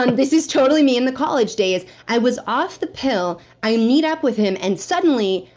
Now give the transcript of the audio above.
and this is totally me in the college days. i was off the pill. i meet up with him, and suddenly,